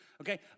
okay